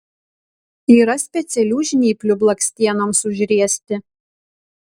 yra specialių žnyplių blakstienoms užriesti